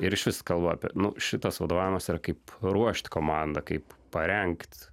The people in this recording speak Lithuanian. ir išvis kalba apie šitas vadovavimas ir kaip ruošt komandą kaip parengt